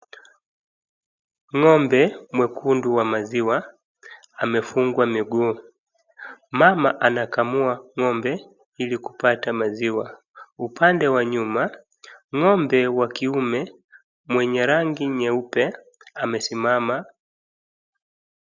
Ng'ombe mwekundu wa maziwa amefungwa miguu. Mama anakamua ng'ombe ili kupata maziwa. Upande wa nyuma ng'ombe wa kiume mwenye rangi nyeupe amesimama.